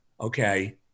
Okay